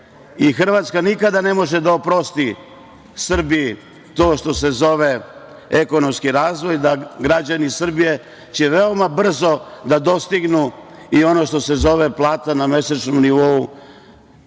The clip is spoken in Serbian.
Hrvatska nikada ne može da oprosti Srbiji to što se zove ekonomski razvoj i da će građani Srbije veoma brzo dostignuti i ono što se zove plata na mesečnom nivou